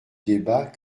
débat